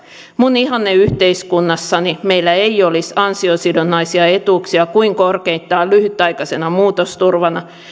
minun ihanneyhteiskunnassani meillä ei olisi ansiosidonnaisia etuuksia kuin korkeintaan lyhytaikaisena muutosturvana